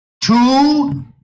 Two